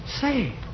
Say